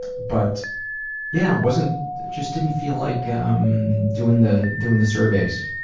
but yeah, wasn't just didn't feel like um doing the doing the surveys